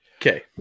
Okay